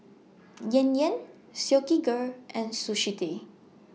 Yan Yan Silkygirl and Sushi Tei